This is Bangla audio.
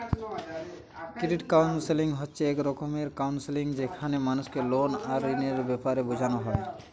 ক্রেডিট কাউন্সেলিং হচ্ছে এক রকমের কাউন্সেলিং যেখানে মানুষকে লোন আর ঋণের বেপারে বুঝানা হয়